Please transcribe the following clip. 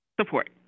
support